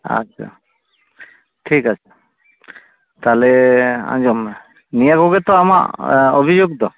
ᱟᱪᱪᱷᱟ ᱴᱷᱤᱠ ᱟᱪᱷᱮ ᱛᱟᱦᱚᱞᱮ ᱟᱸᱡᱚᱢ ᱢᱮ ᱱᱤᱭᱟᱹ ᱠᱚᱜᱮ ᱛᱚ ᱟᱢᱟᱜ ᱚᱵᱷᱤᱡᱳᱜ ᱫᱚ